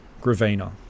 Gravina